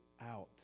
out